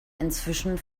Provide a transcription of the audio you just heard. inzwischen